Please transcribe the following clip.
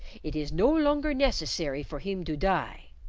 it is no longer necessary for him to die!